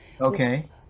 Okay